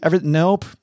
Nope